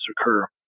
occur